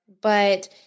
but-